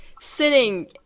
sitting